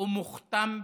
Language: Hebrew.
ומוכתם בעינינו.